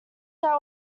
that